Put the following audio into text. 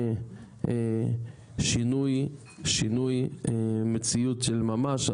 ושינוי מציאות של ממש.